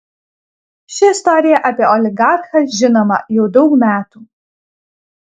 ši istorija apie oligarchą žinoma jau daug metų